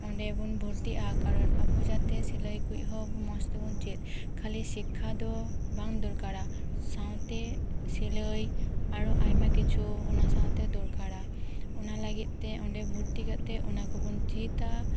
ᱚᱸᱰᱮ ᱵᱚᱱ ᱵᱷᱚᱨᱛᱤᱜᱼᱟ ᱠᱟᱨᱚᱱ ᱟᱵᱚ ᱡᱟᱛᱮ ᱥᱤᱞᱟᱹᱭ ᱠᱚᱦᱚᱸ ᱢᱚᱸᱡᱽ ᱛᱮᱵᱚᱱ ᱪᱮᱫ ᱠᱷᱟᱞᱤ ᱥᱤᱠᱠᱷᱟ ᱫᱚ ᱵᱟᱝ ᱫᱚᱨᱠᱟᱨᱟ ᱥᱟᱶᱛᱮ ᱥᱤᱞᱟᱹᱭ ᱟᱨᱚ ᱟᱭᱢᱟ ᱠᱤᱪᱷᱩ ᱚᱱᱟ ᱥᱟᱶᱛᱮ ᱫᱚᱨᱠᱟᱨᱟ ᱚᱱᱟ ᱞᱟᱹᱜᱤᱫ ᱛᱮ ᱚᱸᱰᱮ ᱵᱷᱚᱨᱛᱤ ᱠᱟᱛᱮᱫ ᱚᱱᱟ ᱠᱚᱵᱚᱱ ᱪᱮᱫᱼᱟ